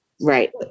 Right